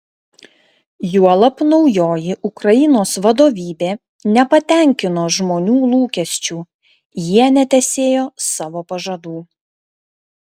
juolab naujoji ukrainos vadovybė nepatenkino žmonių lūkesčių jie netesėjo savo pažadų